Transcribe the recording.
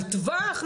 על טווח,